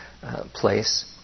place